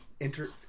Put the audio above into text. enter